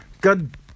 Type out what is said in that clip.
God